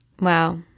Wow